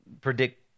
predict